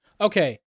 Okay